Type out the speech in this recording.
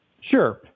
Sure